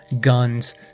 guns